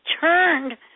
turned